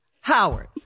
Howard